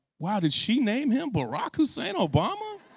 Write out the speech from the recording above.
wow, did she name him barack hussein obama?